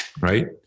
Right